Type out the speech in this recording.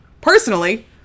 personally